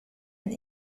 and